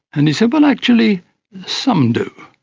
and he said, well, actually some do,